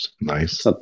Nice